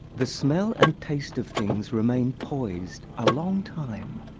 the smell and taste of things remain poised a long time,